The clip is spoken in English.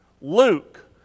Luke